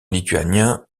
lituanien